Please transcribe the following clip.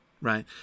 right